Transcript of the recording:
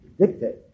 dictate